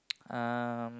um